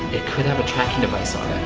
it could have a tracking device on